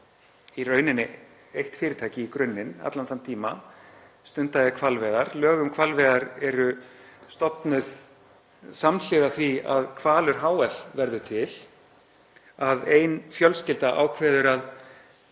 í rauninni eitt fyrirtæki í grunninn allan þann tíma stundaði hvalveiðar. Lög um hvalveiðar vou stofnuð samhliða því að Hvalur hf. varð til., að ein fjölskylda ákvað að